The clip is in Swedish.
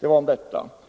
—- Det var detta om detta.